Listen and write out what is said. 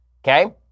Okay